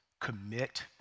Commit